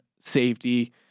safety